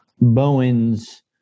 Bowens